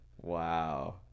Wow